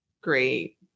great